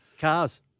Cars